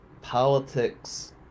politics